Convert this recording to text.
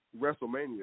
WrestleMania